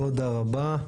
תודה רבה.